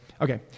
Okay